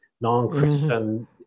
non-Christian